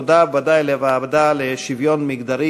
ותודה ודאי לוועדה לקידום מעמד האישה ולשוויון מגדרי